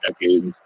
decades